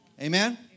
Amen